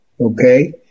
Okay